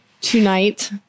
tonight